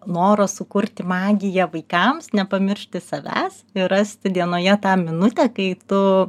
noro sukurti magiją vaikams nepamiršti savęs ir rasti dienoje tą minutę kai tu